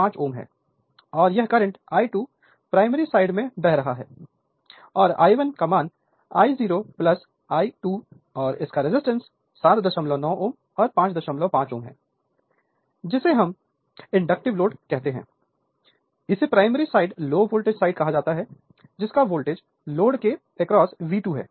05 Ω है और यह करंट I2 प्राइमरी साइड में बह रहा है और I1 I0 I2 और इसका रेजिस्टेंस 79 Ω और 55 Ω है जिसे हम इंडक्टिव लोड कहते हैं इसे primary side low voltage side कहा जाता है जिसका वोल्टेज लोड के अक्रॉस V2 है